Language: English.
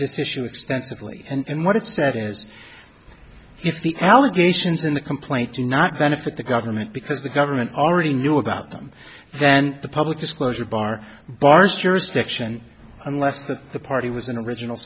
this issue extensively and what it said is if the allegations in the complaint do not benefit the government because the government already knew about them then the public disclosure bar bars jurisdiction unless the party was an original